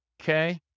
okay